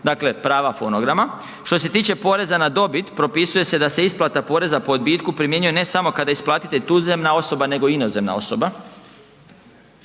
dakle prava fonograma. Što se tiče poreza na dobit, propisuje se da se isplata poreza po odbitku primjenjuje ne samo kada je isplatitelj tuzemna osoba, nego i inozemna osoba.